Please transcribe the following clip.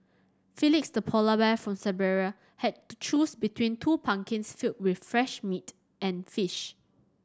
Felix the polar bear from Siberia had to choose between two pumpkins filled with fresh meat and fish